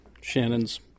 Shannon's